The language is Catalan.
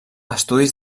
estudis